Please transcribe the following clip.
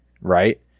right